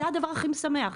זה הדבר הכי משמח.